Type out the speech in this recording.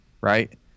right